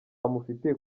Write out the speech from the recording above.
amufitiye